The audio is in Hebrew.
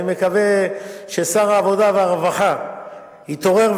אני מקווה ששר העבודה והרווחה יתעורר,